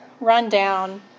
rundown